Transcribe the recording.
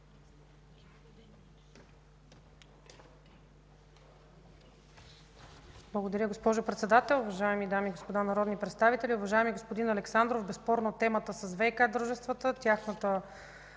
Благодаря, госпожо Председател. Уважаеми дами и господа народни представители! Уважаеми господин Александров, безспорно темата с ВиК дружествата, тяхното